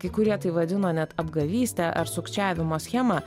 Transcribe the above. kai kurie tai vadino net apgavyste ar sukčiavimo schema